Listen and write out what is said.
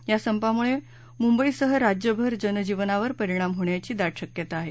या संपांमुळे मुंबईसर राज्यभर जनजीवनावर परिणाम होण्याची दाट शक्यता आहे